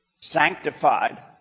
sanctified